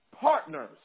partners